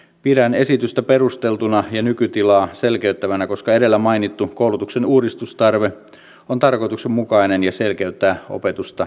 pidän esitystä perusteltuna ja nykytilaa selkeyttävänä koska edellä mainittu koulutuksen uudistustarve on tarkoituksenmukainen ja selkeyttää opetusta jatkossa